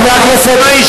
אתה מבין.